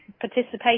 participation